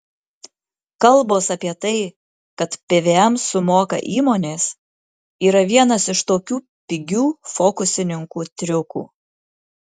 kalbos apie tai kad pvm sumoka įmonės yra vienas iš tokių pigių fokusininkų triukų